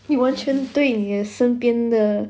你完全你身边的